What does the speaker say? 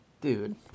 dude